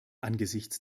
angesichts